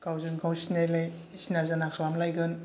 गावजों गाव सिनायलाय सिना जाना खालामलायगोन